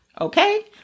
Okay